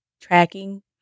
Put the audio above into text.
tracking